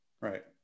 Right